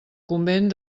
convent